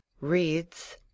Reads